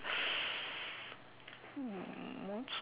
hmm